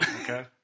okay